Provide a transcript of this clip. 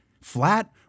flat